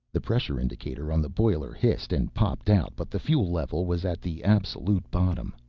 the pressure indicator on the boiler hissed and popped out, but the fuel level was at the absolute bottom.